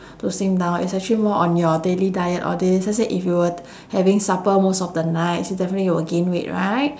to slim down it's actually more on your daily diet all these let's say if you were t~ having supper most of the nights you definitely will gain weight right